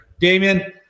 Damien